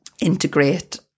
integrate